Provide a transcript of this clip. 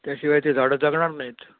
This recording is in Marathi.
त्याशिवाय ते झाडं जगणार नाहीत